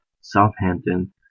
Southampton